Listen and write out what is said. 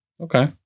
Okay